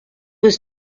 was